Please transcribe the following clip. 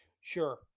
Sure